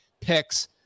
picks